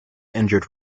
injured